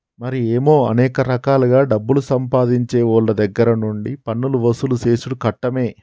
మరి ఏమో అనేక రకాలుగా డబ్బులు సంపాదించేవోళ్ళ దగ్గర నుండి పన్నులు వసూలు సేసుడు కట్టమే